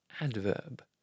adverb